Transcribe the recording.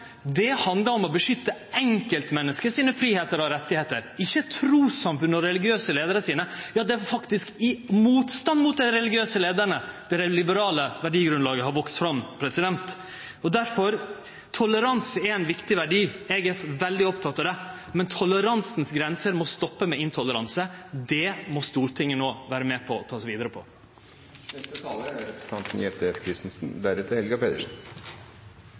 verdigrunnlaget handlar om å beskytte fridomane og rettane til enkeltmennesket, ikkje trussamfunnet og dei religiøse leiarane. Det er faktisk i motstand mot dei religiøse leiarane at det liberale verdigrunnlaget har vakse fram. Difor: Toleranse er ein viktig verdi. Eg er veldig oppteken av det, men grensene for toleranse må stoppe med intoleranse. Det må Stortinget no vere med på og ta oss vidare på. Representanten Keshvari etterspurte fakta i integreringsdebatten. I samme innlegg holdt han fram at det er